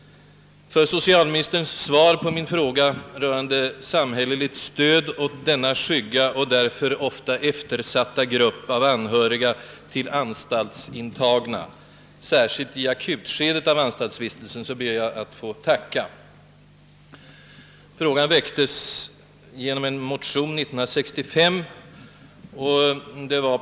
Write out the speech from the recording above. För socialministerns svar på min fråga rörande samhälleligt stöd åt denna skygga och därför ofta förbisedda grupp av anhöriga till anstaltsintagna, särskilt i akutskedet av anstaltsvistelsen, ber jag att få tacka. Frågan väcktes genom min motion om denna sak år 1965.